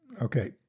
Okay